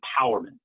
empowerment